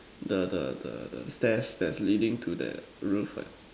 the the the the stairs that's leading to that roof ah